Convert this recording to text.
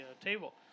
table